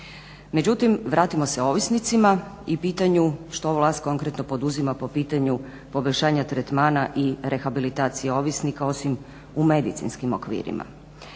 Međutim, vratimo se ovisnicima i pitanju što vlast konkretno poduzima po pitanju poboljšanja tretmana i rehabilitacije ovisnika osim u medicinskim okvirima.